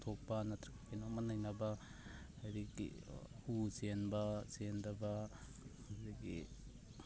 ꯄꯨꯊꯣꯛꯄ ꯅꯠꯇ꯭ꯔꯒ ꯀꯩꯅꯣꯝꯃ ꯅꯩꯅꯕ ꯍꯥꯏꯗꯤ ꯍꯧ ꯆꯦꯟꯕ ꯆꯦꯟꯗꯕ ꯑꯗꯨꯗꯒꯤ